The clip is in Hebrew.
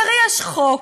כי הרי יש חוק,